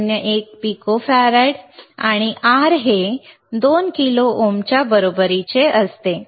01 picofarad आणि R हे 2 kilo ओमच्या बरोबरीचे असते